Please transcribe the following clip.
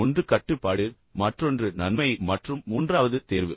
ஒன்று கட்டுப்பாடு மற்றொன்று நன்மை மற்றும் மூன்றாவது தேர்வு